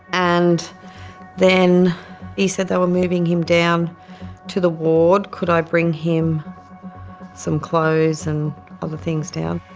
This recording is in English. and then he said they were moving him down to the ward, could i bring him some clothes and other things down.